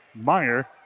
Meyer